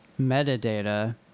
metadata